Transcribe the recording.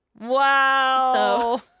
Wow